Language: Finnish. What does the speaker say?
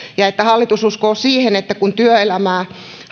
ja että hallitus uskoo siihen että kun työelämää